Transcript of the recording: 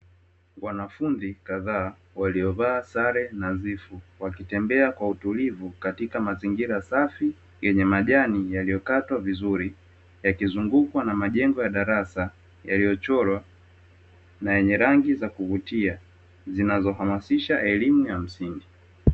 Wanafunzi kadhaa waliovaa sare nadhifu wakitembea kwa utulivu katika mazingira safi yenye majani yaliyokatwa vizuri, yakizungukwa na majengo ya darasa yaliyochorwa na yenye rangi za kuvutia zinazohamasisha elimu ya msingi.